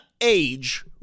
age